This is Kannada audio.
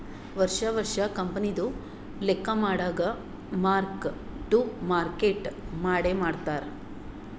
ವರ್ಷಾ ವರ್ಷಾ ಕಂಪನಿದು ಲೆಕ್ಕಾ ಮಾಡಾಗ್ ಮಾರ್ಕ್ ಟು ಮಾರ್ಕೇಟ್ ಮಾಡೆ ಮಾಡ್ತಾರ್